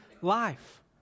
life